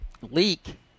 leak